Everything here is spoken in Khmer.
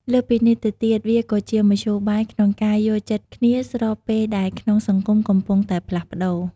លើសពីនេះទៅទៀត វាក៏ជាមធ្យោបាយក្នុងការយល់ចិត្តគ្នាស្របពេលដែលក្នុងសង្គមកំពុងតែផ្លាស់ប្តូរ។